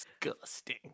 disgusting